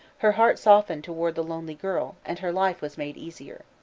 her heart softened toward the lonely girl, and her life was made easier.